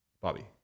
Bobby